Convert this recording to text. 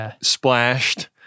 splashed